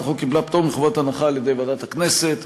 הצעת החוק קיבלה פטור מחובת הנחה על-ידי ועדת הכנסת,